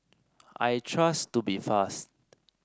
I trust Tubifast